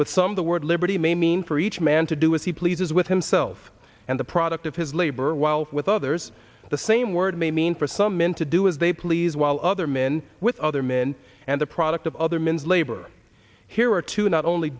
with some the word liberty may mean for each man to do if he pleases with himself and the product of his labor while with others the same word may mean for some men to do as they please while other men with other men and the product of other men's labor here are two not only